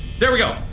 there we go!